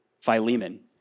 Philemon